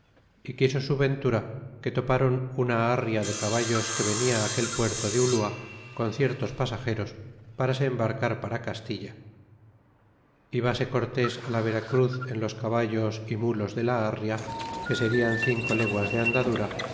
é quiso su ventura que topron una harria de caballos que venia aquel puerto de ulua con ciertos pasageros para se embarcar para castilla é vase cortés la vera cruz en los caballos é mulos de la harria que serian cinco leguas ele andadura